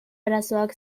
arazoak